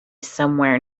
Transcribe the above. somewhere